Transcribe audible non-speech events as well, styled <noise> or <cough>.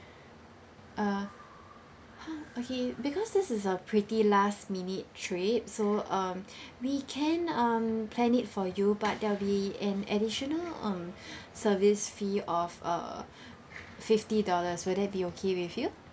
<breath> uh <noise> okay because this is a pretty last minute trip so um <breath> we can um plan it for you but there will be an additional um <breath> service fee of uh <breath> fifty dollars will that be okay with you